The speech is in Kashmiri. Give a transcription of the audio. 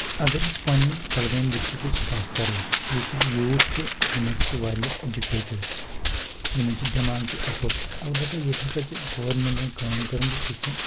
اگر أسۍ پنٕنہِ کۄلگامہِ ڈسٹرکٕچ کتھ کرو ییٚتہِ یوٗتھ چھُ یِم ہسا چھِ واریاہ ایجوکیٹڈ یِمن چھِ دؠماغ تہِ اَصٕل البتہ ییٚتہِ ہسا چھِ گورمنٹن کٲم کٔرمٕژ ییٚتہِ چھِ